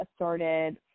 assorted